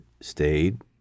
stayed